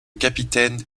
capitaine